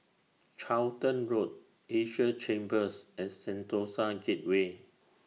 Charlton Road Asia Chambers and Sentosa Gateway